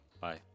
Bye